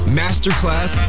masterclass